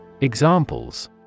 Examples